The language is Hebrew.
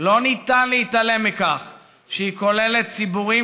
לא ניתן להתעלם מכך שהיא כוללת ציבורים